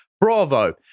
Bravo